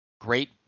Great